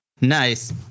Nice